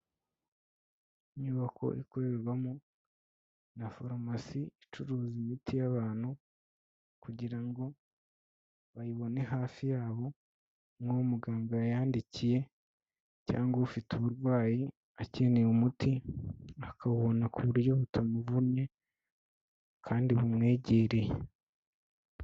Inyubako ikorerwamo na farumasi icuruza imiti y'abantu kugira ngo bayibone hafi yabo nk'uwo muganga yayandikiye cyangwa ufite uburwayi akeneye umuti akawubona ku buryo butamuvunnye kandi bumwegereye.